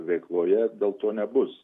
veikloje dėl to nebus